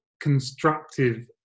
constructive